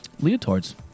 Leotards